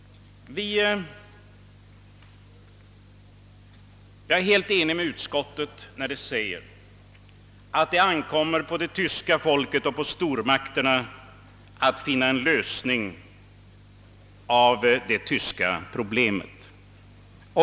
Jag är helt enig med utskottet, när utskottet skriver att »det ankommer på tyska folket och stormakterna att finna en lösning på det tyska problemet».